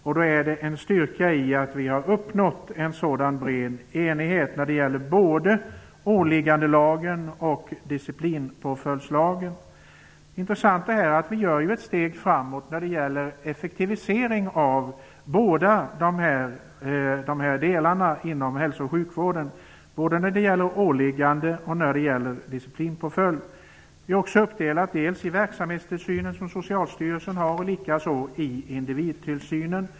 Det ligger en styrka i att vi har uppnått en så bred enighet när det gäller både åliggandelagen och disciplinpåföljdslagen. Det intressanta är att vi tar ett steg framåt när det gäller effektivisering av båda dessa delar inom hälso och sjukvården, såväl när det gäller åligganden som när det gäller disciplinpåföljd. Det är också uppdelat dels i den verksamhetstillsynen som Socialstyrelsen har, dels i individtillsynen.